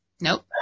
Nope